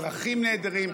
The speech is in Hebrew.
אזרחים נהדרים,